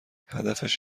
هدفش